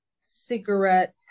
cigarette